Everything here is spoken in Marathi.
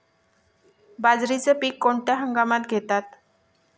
बाजरीचे पीक कोणत्या हंगामात घेतात?